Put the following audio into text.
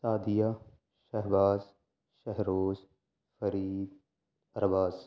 Sadia Shahbaz Shahroz Farid Arbaaz